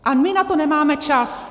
A my na to nemáme čas.